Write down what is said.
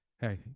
hey